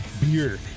Beer